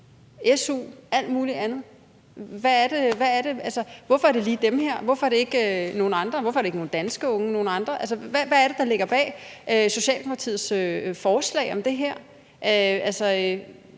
og alt muligt andet. Hvorfor er det lige dem her? Hvorfor er det ikke nogle danske unge? Hvorfor er det ikke nogle andre? Altså, hvad er det, der ligger bag Socialdemokratiets forslag om det her?